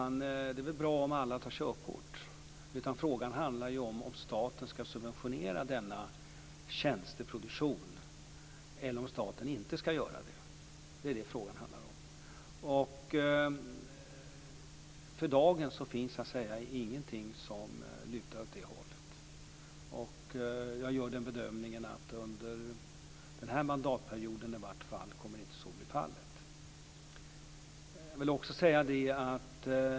Det är väl bra om alla tar körkort. Frågan handlar om staten skall subventionera denna tjänsteproduktion, eller om staten inte skall göra det. Det är vad frågan handlar om. För dagen finns ingenting som lutar åt det hållet. Jag gör den bedömningen att det i vart fall under den här mandatperioden inte kommer att bli så.